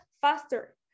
faster